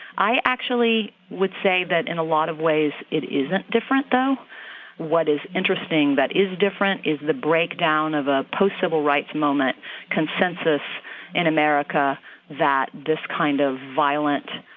i actually would say that in a lot of ways, it isn't different, though what is interesting that is different is the breakdown of a post-civil rights moment consensus in america that this kind of violent